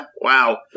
Wow